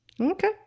Okay